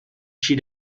she